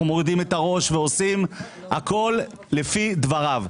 מורידים את הראש ועושים הכול לפי דבריו.